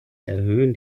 erhöhen